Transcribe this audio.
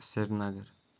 Srinagar